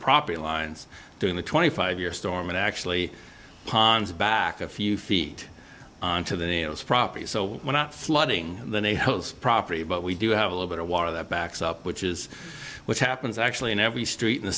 property lines during the twenty five year storm and actually ponds back a few feet onto the neos property so we're not flooding than a property but we do have a little bit of water that backs up which is what happens actually in every street in the